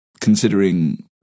considering